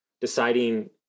deciding